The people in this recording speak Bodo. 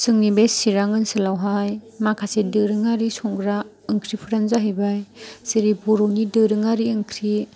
जोंनि बे सिरां ओनसोलावहाय माखासे दोरोङारि संग्रा ओंख्रिफोरानो जाहैबाय जेरै बर'नि दोरोङारि ओंख्रि